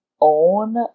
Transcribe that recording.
own